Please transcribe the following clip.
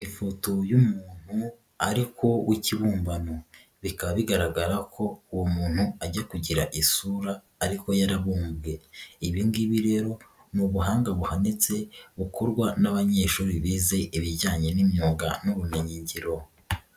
Ifoto y'umuntu ariko w'ikibumbano, bikaba bigaragara ko uwo muntu ajya kugira isura ariko yarabumbwe, ibi ngibi rero ni ubuhanga buhanitse, bukorwa n'abanyeshuri bize ibijyanye n'imyuga n'ubumenyin ngiro.